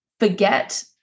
Forget